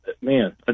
Man